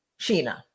Sheena